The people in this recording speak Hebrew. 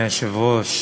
היושב-ראש,